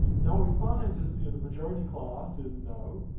now, what we find is the majority class is no.